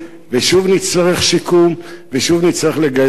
נצטרך שיקום ושוב נצטרך לגייס משאבים.